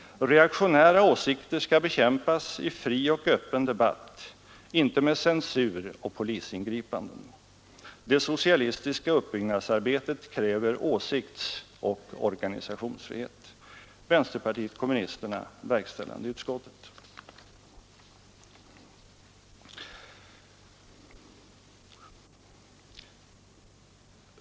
Reaktionära åsikter skall bekämpas i fri och öppen debatt, inte med censur och polisingripanden. Det socialistiska uppbyggnadsarbetet kräver åsiktsoch organisationsfrihet.